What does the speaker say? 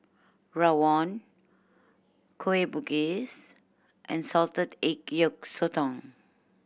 rawon Kueh Bugis and salted egg yolk sotong